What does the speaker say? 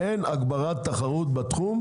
אין הגברת תחרות בתחום,